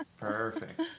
Perfect